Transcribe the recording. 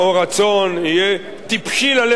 יהיה טיפשי ללכת בכיוון הזה